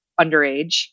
underage